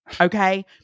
Okay